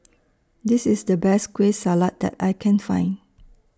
This IS The Best Kueh Salat that I Can Find